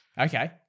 okay